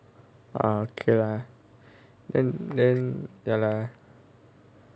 orh okay lah then then ya lah